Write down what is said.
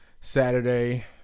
Saturday